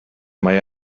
mae